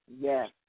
Yes